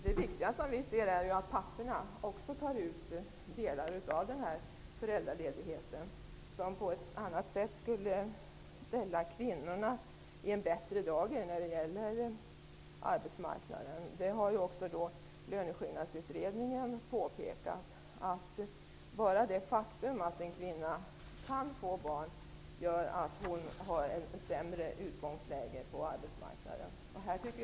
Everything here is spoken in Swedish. Det är angeläget att papporna tar ut delar av föräldraledigheten, vilket skulle ställa kvinnorna i en bättre dager på arbetsmarknaden. Löneskillnadsutredningen har också påpekat att bara det faktum att en kvinna kan få barn gör att hon har ett sämre utgångsläge på arbetsmarknaden.